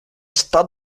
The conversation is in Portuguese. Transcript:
está